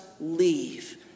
leave